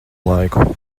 laiku